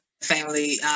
family